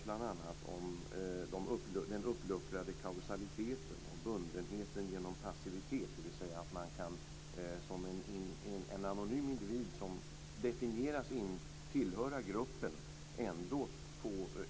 Bl.a. påtalades den uppluckrade kausaliteten och bundenheten genom passivitet, dvs. man kan som en anonym individ som definieras in tillhöra gruppen.